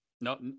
No